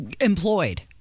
employed